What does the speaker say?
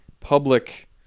public